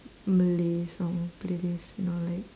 malay song playlist you know like